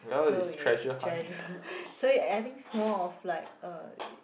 so you have to treasure so I think it's more of like uh